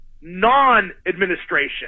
non-administration